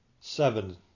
seven